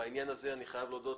בעניין הזה אני חייב להודות,